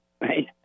right